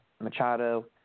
Machado